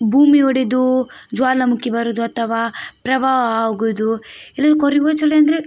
ಭೂಮಿ ಒಡೆದು ಜ್ವಾಲಾಮುಖಿ ಬರುವುದು ಅಥವಾ ಪ್ರವಾಹ ಆಗುವುದು ಇನ್ನು ಕೊರೆಯುವ ಚಳಿ ಅಂದರೆ